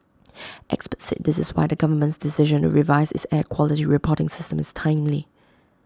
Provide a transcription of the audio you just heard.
experts said this is why the government's decision to revise its air quality reporting system is timely